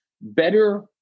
better